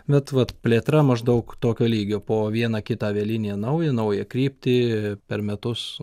bet vat plėtra maždaug tokio lygio po vieną kitą avialiniją naują naują kryptį per metus